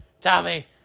Tommy